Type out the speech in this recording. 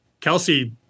Kelsey